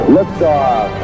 Liftoff